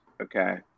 Okay